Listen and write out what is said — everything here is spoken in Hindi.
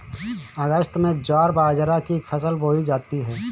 अगस्त में ज्वार बाजरा की फसल बोई जाती हैं